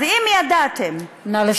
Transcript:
אז אם ידעתם נא לסיים.